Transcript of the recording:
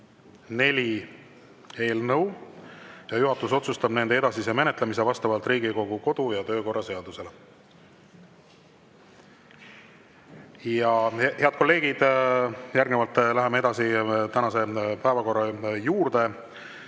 neli eelnõu ja juhatus otsustab nende edasise menetlemise vastavalt Riigikogu kodu- ja töökorra seadusele. Head kolleegid, järgnevalt läheme edasi tänase päevakorra juurde.